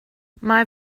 mae